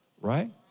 right